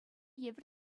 евӗр